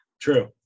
True